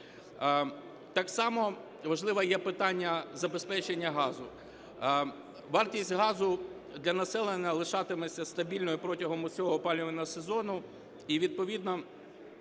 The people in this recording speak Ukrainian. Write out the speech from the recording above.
Так само важливе є питання забезпечення газу. Вартість газу для населення лишатиметься стабільним протягом усього опалювального сезону, і відповідно